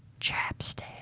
Chapstick